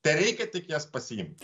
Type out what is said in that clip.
tereikia tik jas pasiimt